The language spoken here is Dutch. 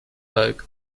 buik